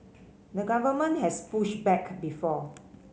the government has pushed back before